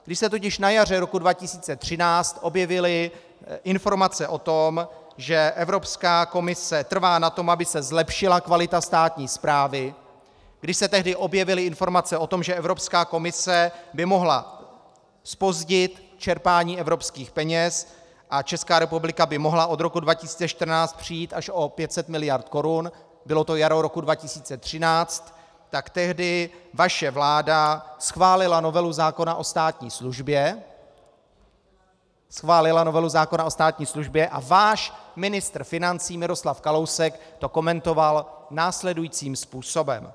Když se totiž na jaře roku 2013 objevily informace o tom, že Evropská komise trvá na tom, aby se zlepšila kvalita státní správy, když se tehdy objevily informace o tom, že Evropská komise by mohla zpozdit čerpání evropských peněz a Česká republika by mohla od roku 2014 přijít až o 500 mld. korun, bylo to jaro roku 2013, tak tehdy vaše vláda schválila novelu zákona o státní službě a váš ministr financí Miroslav Kalousek to komentoval následujícím způsobem: